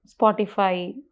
spotify